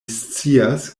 scias